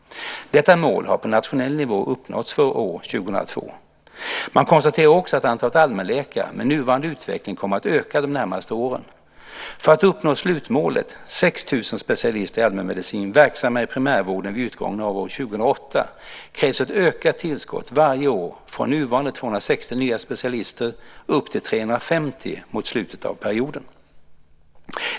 Detta mål har på nationell nivå uppnåtts för år 2002. Man konstaterar också att antalet allmänläkare, med nuvarande utveckling, kommer att öka de närmaste åren. För att uppnå slutmålet, 6 000 specialister i allmänmedicin verksamma i primärvården vid utgången av år 2008, krävs ett ökat tillskott varje år från nuvarande 260 nya specialister upp till 350 vid slutet av perioden.